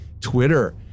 Twitter